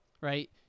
right